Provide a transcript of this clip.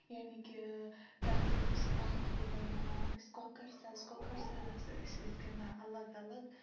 یعنی کہِ تَتھ اوس اَکھ بَناوان أسۍ کۄکَر سزٕ کۄکَر سزس ہَسا ٲسۍ أسۍ گِنٛدان الگ الگ